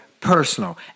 personal